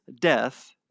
death